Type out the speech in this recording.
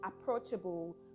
approachable